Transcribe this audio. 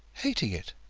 hating it.